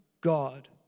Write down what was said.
God